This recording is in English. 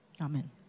Amen